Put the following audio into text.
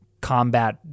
combat